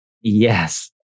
Yes